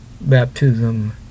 baptism